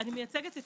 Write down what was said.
מאוד משמעותיים,